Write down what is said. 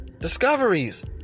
discoveries